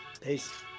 Peace